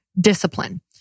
discipline